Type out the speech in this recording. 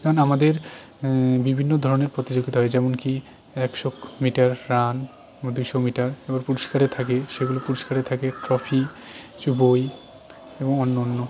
যেমন আমাদের বিভিন্ন ধরনের প্রতিযোগিতা হয় যেমন কি একশো মিটার রান বা দুইশো মিটার এবং পুরষ্কারে থাকে সেগুলো পুরষ্কারে থাকে ট্রফি কিছু বই এবং অন্য অন্য